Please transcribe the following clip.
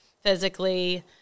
physically